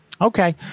okay